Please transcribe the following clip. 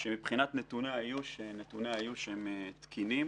שנתוני האיוש הם תקינים